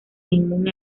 inmune